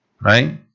right